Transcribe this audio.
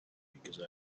because